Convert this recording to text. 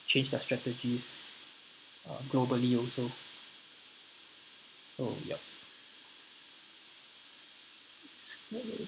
change their strategies uh globally also so yup